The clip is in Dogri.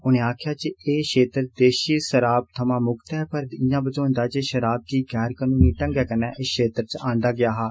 उनें आक्खेआ जे एह क्षेत्र देसी षराब थमां मुक्त ऐ पर इयां बझोंदा ऐ जे षराब गी गैर कानूनी ढंगै कन्ने इस क्षेत्र च आंदा गेआ हा